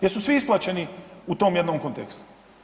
Jesu svi isplaćeni u tom jednom kontekstu?